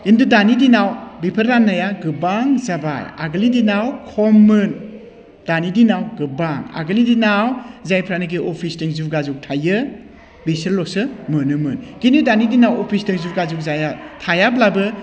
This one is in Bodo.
खिन्थु दानि दिनाव बिफोर राननाया गोबां जाबाय आगोलनि दिनाव खममोन दानि दिनाव गोबां आगोलनि दिनाव जायफ्रानोखि अफिसजों जुगाजुग थायो बिसोरल'सो मोनोमोन खिन्थु दानि दिनाव अफिसजों जुगाजुग जाया थायाब्लाबो